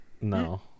No